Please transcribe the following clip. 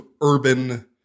urban